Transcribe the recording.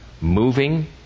moving